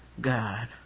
God